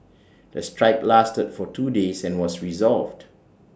the strike lasted for two days and was resolved